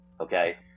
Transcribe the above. Okay